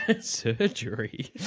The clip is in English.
Surgery